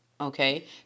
Okay